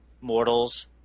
mortals